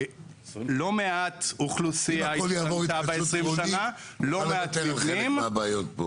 לא מעט אוכלוסייה השתנתה ב-20 שנה, לא מעט מבנים.